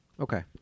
Okay